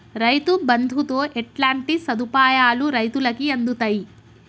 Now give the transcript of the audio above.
రైతు బంధుతో ఎట్లాంటి సదుపాయాలు రైతులకి అందుతయి?